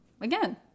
again